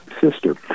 sister